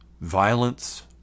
Violence